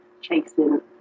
chasing